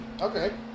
okay